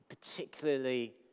Particularly